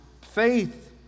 faith